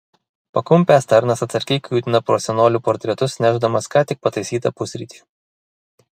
pakumpęs tarnas atsargiai kiūtina pro senolių portretus nešdamas ką tik pataisytą pusrytį